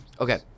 Okay